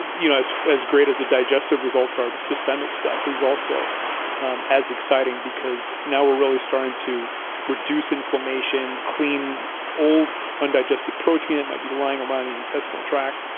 you know as as great as a digestive results or the systemic stuff is also um as exciting because now we're really starting to reduce inflammation, clean old undigested protein that might be lying around in your intestinal track.